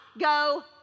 go